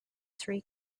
three